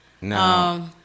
No